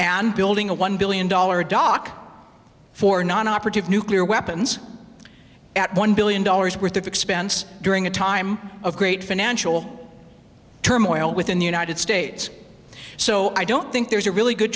and building a one billion dollar dock for non operative nuclear weapons at one billion dollars worth of expense during a time of great financial turmoil within the united states so i don't think there's a really good